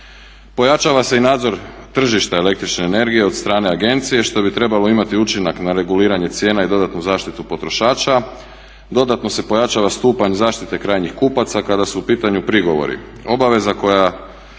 Pojačava se i nadzor tržišta električne energije od strane agencije što bi trebalo imati učinak na reguliranje cijena i dodatnu zaštitu potrošača, dodatno se pojačava stupanj zaštite krajnjih kupaca kada su u pitanju prigovori. Obaveza koja